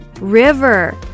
River